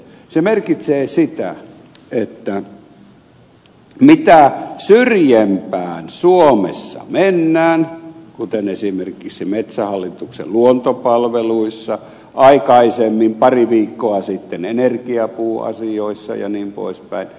se merkitsee sitä että mitä syrjempään suomessa mennään kuten esimerkiksi metsähallituksen luontopalveluissa aikaisemmin pari viikkoa sitten energiapuuasioissa jnp